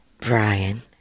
Brian